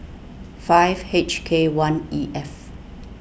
five H K one E F